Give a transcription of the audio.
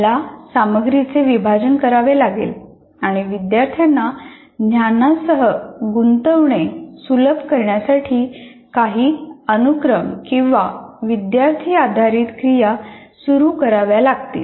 मला सामग्रीचे विभाजन करावे लागेल आणि विद्यार्थ्यांना ज्ञानासह गुंतवणे सुलभ करण्यासाठी काही अनुक्रम किंवा विद्यार्थी आधारित क्रिया सुरू कराव्या लागतील